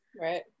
Right